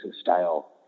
style